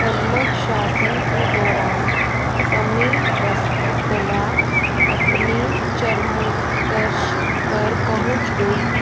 पल्लव शासन के दौरान तमिल वस्तुकला अपने चरमोत्कर्ष पर पहुँच गई